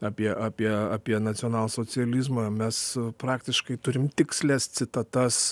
apie apie apie nacionalsocializmą mes praktiškai turim tikslias citatas